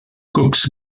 cox